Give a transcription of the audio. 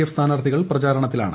F സ്ഥാനാർത്ഥികൾ പ്രചരണത്തിലാണ്